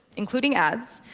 including ads.